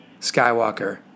Skywalker